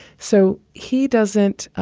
so he doesn't